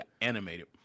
animated